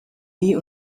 nie